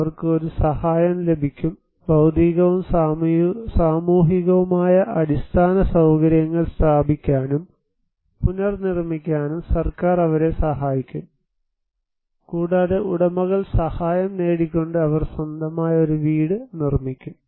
അവർക്ക് ഒരു സഹായം ലഭിക്കും ഭൌതികവും സാമൂഹികവുമായ അടിസ്ഥാന സൌകര്യങ്ങൾ സ്ഥാപിക്കാനും പുനർനിർമ്മിക്കാനും സർക്കാർ അവരെ സഹായിക്കും കൂടാതെ ഉടമകൾ സഹായം നേടിക്കൊണ്ട് അവർ സ്വന്തമായി ഒരു വീട് നിർമ്മിക്കും